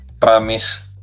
promise